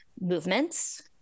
movements